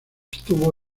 estuvo